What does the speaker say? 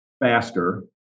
faster